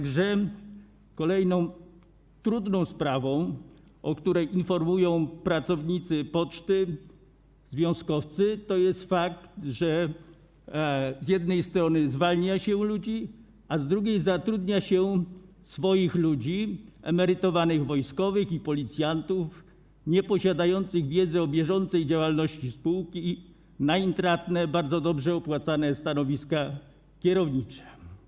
Kolejną trudną sprawą, o której informują pracownicy poczty, związkowcy, jest fakt, że z jednej strony zwalnia się ludzi, a z drugiej strony zatrudnia się swoich ludzi, emerytowanych wojskowych i policjantów, nieposiadających wiedzy o bieżącej działalności spółki, na intratne, bardzo dobrze opłacane stanowiska kierownicze.